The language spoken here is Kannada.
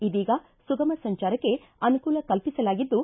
ಇದೀಗ ಸುಗಮ ಸಂಚಾರಕ್ಕೆ ಅನುಕೂಲ ಕಲ್ಪಿಸಲಾಗಿದ್ದು